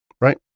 right